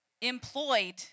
employed